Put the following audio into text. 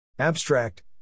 Abstract